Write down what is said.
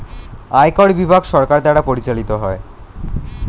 আয়কর বিভাগ সরকার দ্বারা পরিচালিত হয়